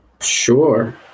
Sure